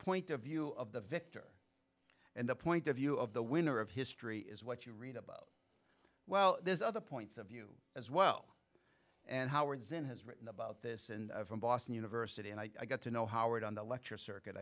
point of view of the victor and the point of view of the winner of history is what you read about well there's other points of view as well and howard zinn has written about this and from boston university and i got to know howard on the lecture circuit